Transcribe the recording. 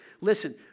Listen